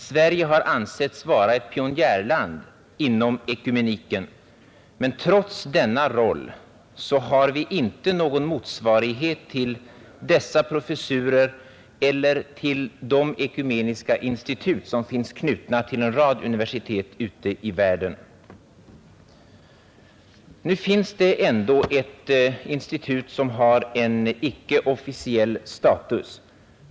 Sverige har ansetts vara ett pionjärland inom ekumeniken, men trots den rollen har vi inte någon motsvarighet till dessa professurer eller till de ekumeniska institut som finns knutna till en rad universitet ute i världen. Nu finns det ändå ett sådant institut som dock icke understöds av samhället.